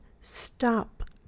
stop